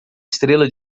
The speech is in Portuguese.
estrela